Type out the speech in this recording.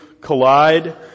collide